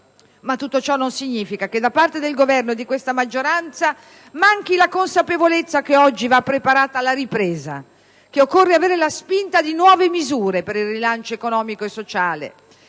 ma tutto ciò non significa che da parte del Governo e di questa maggioranza manchi la consapevolezza che oggi va preparata la ripresa e che occorre dare la spinta con nuove misure per il rilancio economico e sociale.